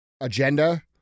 agenda